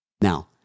Now